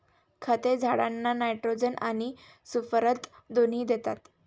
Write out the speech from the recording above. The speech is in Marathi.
खते झाडांना नायट्रोजन आणि स्फुरद दोन्ही देतात